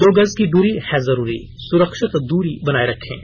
दो गज की दूरी है जरूरी सुरक्षित दूरी बनाए रखें